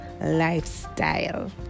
lifestyle